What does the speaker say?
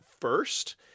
first